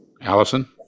Allison